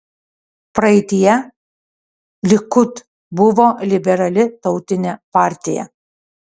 praeityje likud buvo liberali tautinė partija